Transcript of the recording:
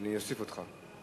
אני אוסיף אותך.